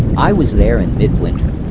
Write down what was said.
i was there in mid winter,